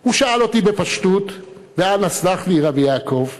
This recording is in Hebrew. הוא שאל אותי בפשטות, ואנא סלח לי, רבי יעקב,